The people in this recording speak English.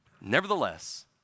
Nevertheless